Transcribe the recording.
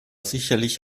sicherlich